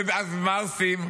ואז מה עושים?